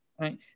Right